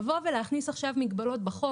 לבוא ולהכניס עכשיו מגבלות בחוק,